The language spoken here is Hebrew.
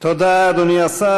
תודה, אדוני השר.